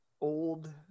old